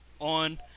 on